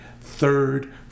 third